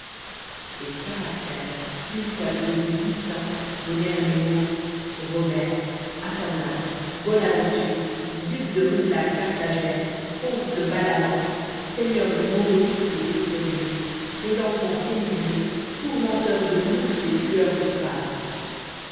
ces caractères une fois devenus distincts donnèrent les mots robert athanase bonaventure duc de rudelame carthagène comte de balamor seigneur de mauruse et autres lieux présentement émigré tourmenteur de mouches et tueur de femmes